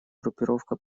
группировка